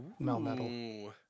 Melmetal